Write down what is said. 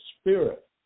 spirit